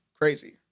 crazy